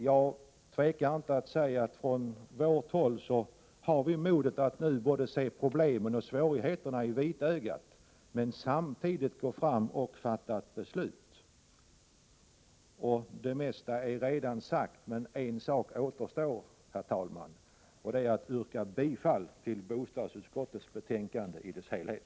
Jag tvekar inte att säga att vi från vårt håll har modet att nu både se problemet och svårigheterna i vitögat och att fatta ett beslut. Ett nödvändigt beslut. Herr talman! Det mesta är redan sagt, men en sak återstår. Det är att yrka bifall till hemställan i bostadsutskottets betänkande i dess helhet.